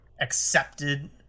accepted